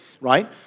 right